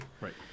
Right